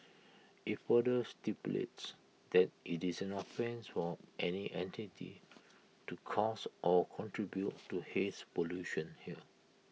IT further stipulates that IT is an offence for any entity to cause or contribute to haze pollution here